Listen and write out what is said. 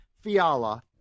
Fiala